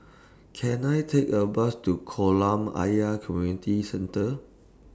Can I Take A Bus to Kolam Ayer Community Centre